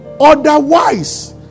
Otherwise